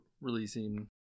releasing